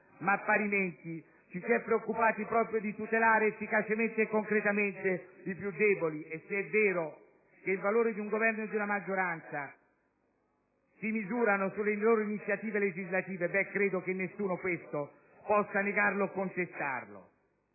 ma parimenti ci si è preoccupati proprio di tutelare efficacemente e concretamente i più deboli. E se è vero che il valore di un Governo e di una maggioranza si misurano sulle loro iniziative legislative, ebbene, credo che nessuno questo possa negarlo o contestarlo.